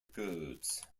goods